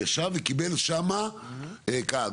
ישב וקיבל שם קהל,